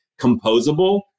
composable